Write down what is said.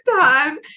time